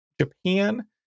japan